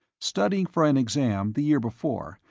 studying for an exam, the year before,